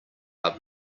are